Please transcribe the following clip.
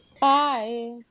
bye